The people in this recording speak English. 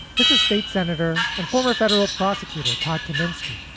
this is state senator and former federal prosecutor todd kominski,